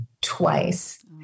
twice